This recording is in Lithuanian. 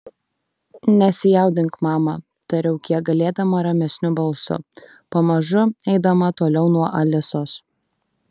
nesijaudink mama tariau kiek galėdama ramesniu balsu pamažu eidama toliau nuo alisos